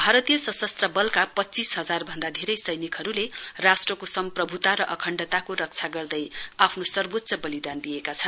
भारतीय सशस्त्र वलहरुका पच्चीस हजार भन्दा धेरै सैनिकहरुले राष्ट्रको सम्प्रभुता र अखण्डताको रक्षा गर्दै आफ्नो सर्वोच्च बलिदान दिएका छन्